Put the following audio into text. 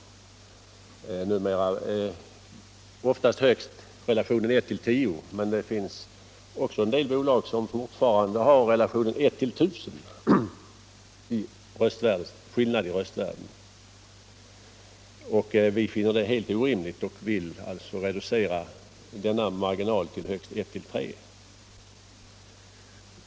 I de flesta bolag är relationen numera högst 1-10, men det finns också bolag som fortfarande har relationen 1-1 000. Vi finner detta helt orimligt och vill alltså reducera denna marginal till högst 1-3.